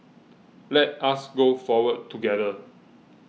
let us go forward together